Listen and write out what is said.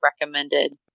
recommended